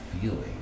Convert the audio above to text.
feeling